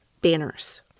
banners